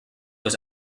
was